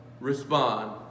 respond